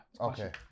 Okay